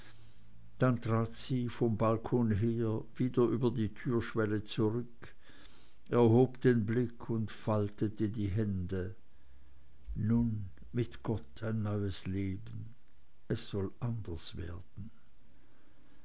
dann trat sie vom balkon her wieder über die türschwelle zurück hob den blick und faltete die hände nun mit gott ein neues leben es soll anders werden